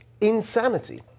insanity